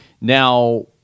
Now